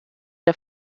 der